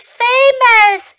famous